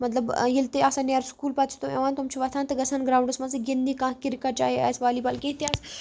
مطلب ییٚلہِ تہِ نیرِ سُکوٗل پَتہٕ چھِ تِم چھِ یِوان تِم چھِ وَتھان تہٕ گژھان گرٛاوُنٛڈس منٛزٕے گِنٛدنہِ کانٛہہ کِرکٹ چاہے آسہِ والی بال کیٚنٛہہ تہِ آسہِ